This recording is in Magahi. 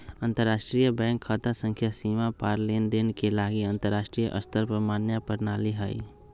अंतरराष्ट्रीय बैंक खता संख्या सीमा पार लेनदेन के लागी अंतरराष्ट्रीय स्तर पर मान्य प्रणाली हइ